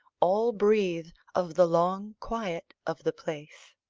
all breathe of the long quiet of the place.